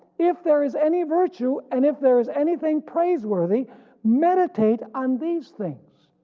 if there is any virtue and if there is anything praiseworthy meditate on these things.